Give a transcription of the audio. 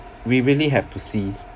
we really have to see